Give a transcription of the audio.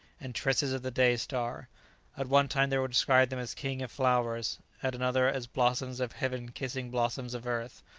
and tresses of the day-star at one time they will describe them as king of flowers, at another as blossoms of heaven kissing blossoms of earth,